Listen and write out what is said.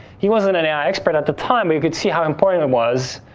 he wasn't an ai expert at the time, but he could see how important it was.